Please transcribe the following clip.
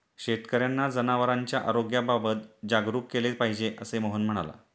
शेतकर्यांना जनावरांच्या आरोग्याबाबत जागरूक केले पाहिजे, असे मोहन म्हणाला